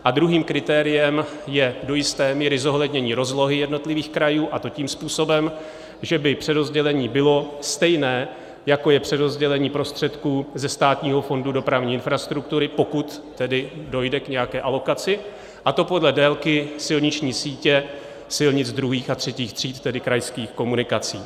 A druhým kritériem je do jisté míry zohlednění rozlohy jednotlivých krajů, a to tím způsobem, že by přerozdělení bylo stejné, jako je přerozdělení prostředků ze Státního fondu dopravní infrastruktury, pokud tedy dojde k nějaké alokaci, a to podle délky silniční sítě silnic druhých a třetích tříd, tedy krajských komunikací.